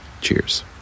Cheers